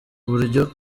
buryo